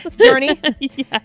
Journey